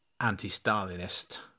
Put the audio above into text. anti-Stalinist